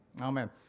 Amen